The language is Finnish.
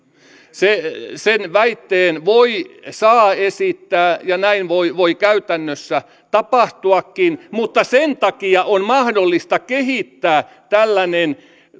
sen väitteen voi ja saa esittää ja näin voi voi käytännössä tapahtuakin mutta sen takia on mahdollista kehittää tällainen